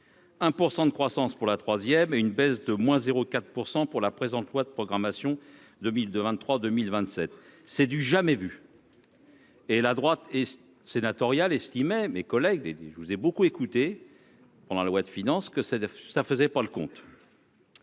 1% de croissance pour la troisième et une baisse de moins 0 4 % pour la présente loi de programmation 2002 23 2027. C'est du jamais vu. Et la droite et sénatoriales estimait mes collègues des des. Je vous ai beaucoup écouté. Pendant la loi de finances que ça faisait pas le compte.